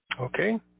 Okay